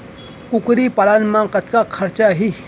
कुकरी पालन म कतका खरचा आही?